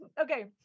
Okay